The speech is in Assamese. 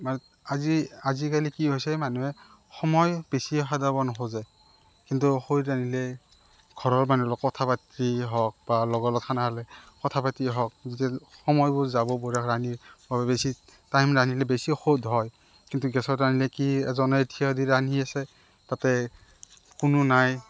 মানে আজি আজিকালি কি হৈছে মানুহে সময় বেছি নোখোজে কিন্তু খৰিত ৰান্ধিলে ঘৰৰ মানুহৰ লগত কথা পাতিয়েই হওক বা লগৰৰ লগত খানা হ'লে কথা পাতিয়েই হওক যেতিয়া সময়বোৰ যাব বেছি টাইম ৰান্ধিলে বেছি সোৱাদ হয় কিন্তু গেছত ৰান্ধিলে কি এজনে ঠিয় দি ৰান্ধি আছে তাতে কোনো নাই